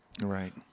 Right